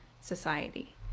society